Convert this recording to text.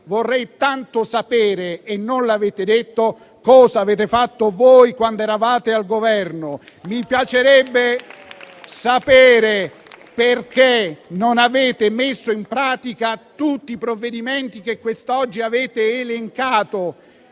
vorrei tanto sapere, perché non l'avete detto, cosa avete fatto voi quando eravate al Governo? Mi piacerebbe sapere perché non avete messo in pratica tutti i provvedimenti che quest'oggi avete elencato.